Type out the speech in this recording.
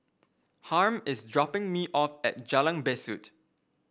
Harm is dropping me off at Jalan Besut